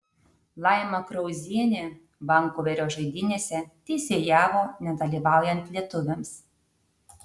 laima krauzienė vankuverio žaidynėse teisėjavo nedalyvaujant lietuviams